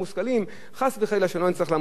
חס וחלילה, שלא נצטרך לעמוד גם בזה אנחנו.